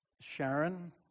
sharon